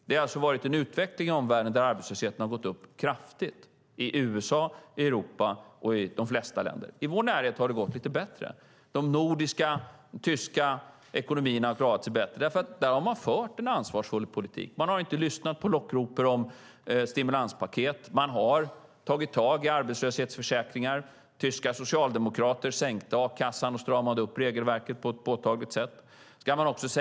Det har alltså varit en utveckling i omvärlden där arbetslösheten har gått upp kraftigt - i USA, i Europa och i de flesta länder. I vår närhet har det gått lite bättre. De nordiska ekonomierna och den tyska ekonomin har klarat sig bättre därför att man i dessa länder har fört en ansvarsfull politik. Man har inte lyssnat på lockrop om stimulanspaket, och man har tagit tag i arbetslöshetsförsäkringar. De tyska socialdemokraterna sänkte a-kassan och stramade upp regelverket på ett påtagligt sätt.